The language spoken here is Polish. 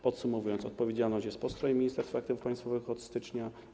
Podsumowując, odpowiedzialność jest po stronie Ministerstwa Aktywów Państwowych od stycznia.